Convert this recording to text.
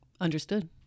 Understood